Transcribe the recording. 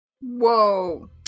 Whoa